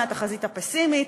מהתחזית הפסימית,